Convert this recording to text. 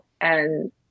And-